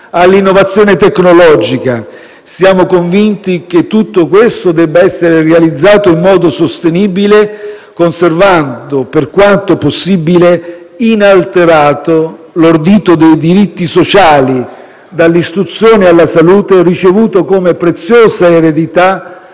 all'innovazione tecnologica. Siamo convinti che tutto questo debba essere realizzato in modo sostenibile, conservando inalterato, per quanto possibile, l'ordito dei diritti sociali (dall'istruzione alla salute) ricevuto come preziosa eredità